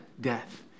death